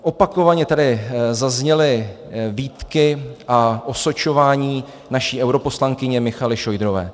Opakovaně tady zazněly výtky a osočování naší europoslankyně Michaely Šojdrové.